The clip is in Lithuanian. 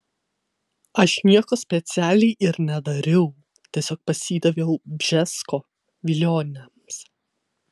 aš nieko specialiai ir nedariau tiesiog pasidaviau bžesko vilionėms